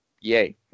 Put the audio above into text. yay